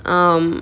um